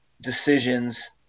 decisions